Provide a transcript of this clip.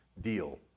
deal